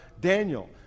Daniel